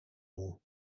all